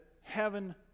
heaven